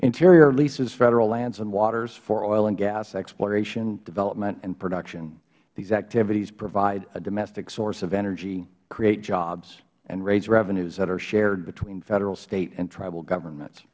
interior leases federal lands and waters for oil and gas exploration development and production these activities provide a domestic source of energy create jobs and raise revenues that are shared between federal state and tribal government